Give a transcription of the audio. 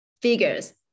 figures